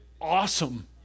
Awesome